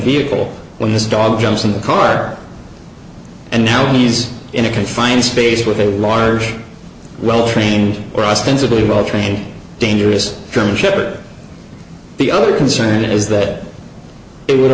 vehicle when this dog jumps in the car and now he's in a confined space with a large well trained or ostensibly well trained dangerous german shepherd the other concern is that it would